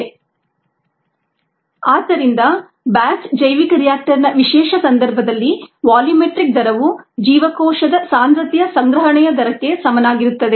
rxVrgVdxdt rxdxdt ಆದ್ದರಿಂದ batch ಜೈವಿಕ ರಿಯಾಕ್ಟರ್ನ ವಿಶೇಷ ಸಂದರ್ಭದಲ್ಲಿ ವಾಲ್ಯೂಮೆಟ್ರಿಕ್ ದರವು ಜೀವಕೋಶದ ಸಾಂದ್ರತೆಯ ಸಂಗ್ರಹಣೆಯ ದರಕ್ಕೆ ಸಮನಾಗಿರುತ್ತದೆ